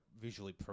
visually